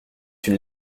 une